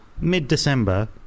mid-December